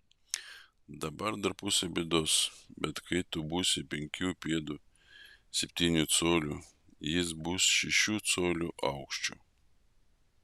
dabar dar pusė bėdos bet kai tu būsi penkių pėdų septynių colių jis bus šešių colių aukščio